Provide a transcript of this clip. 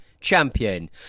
champion